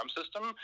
system